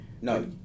No